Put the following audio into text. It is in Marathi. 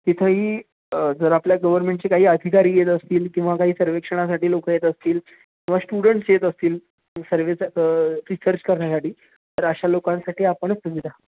तिथंही जर आपल्या गव्हर्नमेंटचे काही अधिकारी येत असतील किंवा काही सर्वेक्षणासाठी लोक येत असतील किंवा स्टुडंट्स येत असतील सर्वेच रिसर्च करण्यासाठी तर अशा लोकांसाठी आपण सुविधा